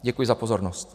Děkuji za pozornost.